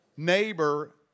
neighbor